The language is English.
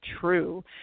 true